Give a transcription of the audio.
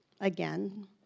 Again